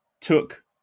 took